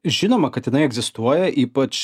žinoma kad jinai egzistuoja ypač